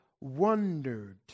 wondered